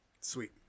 Sweet